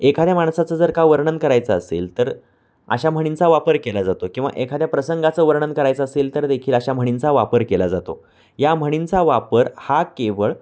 एखाद्या माणसाचं जर का वर्णन करायचं असेल तर अशा म्हणींचा वापर केला जातो किंवा एखाद्या प्रसंगाचं वर्णन करायचं असेल तर देखील अशा म्हणींचा वापर केला जातो या म्हणींचा वापर हा केवळ